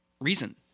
reason